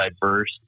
diverse